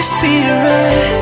Spirit